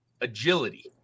agility